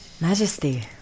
Majesty